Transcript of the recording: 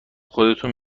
خودتون